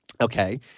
Okay